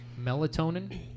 Melatonin